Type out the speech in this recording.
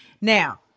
Now